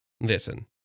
Listen